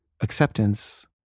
acceptance